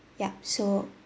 yup so